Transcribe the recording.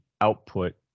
output